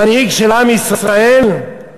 מנהיג של עם ישראל מתנצל,